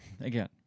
Again